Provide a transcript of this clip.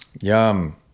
Yum